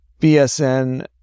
BSN